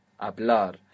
hablar